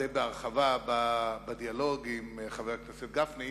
די בהרחבה בדיאלוג עם חבר הכנסת גפני.